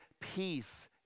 peace